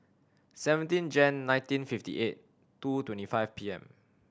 seventeen Jan nineteen fifty eight two twenty five P M